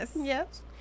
yes